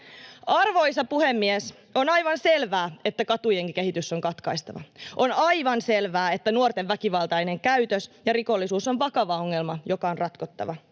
Arvoisa puhemies! On aivan selvää, että katujengikehitys on katkaistava. On aivan selvää, että nuorten väkivaltainen käytös ja rikollisuus on vakava ongelma, joka on ratkottava.